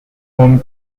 home